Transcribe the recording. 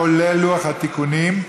כולל לוח התיקונים.